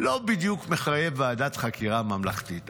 לא בדיוק מחייבים ועדת חקירה ממלכתית.